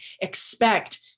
expect